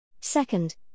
Second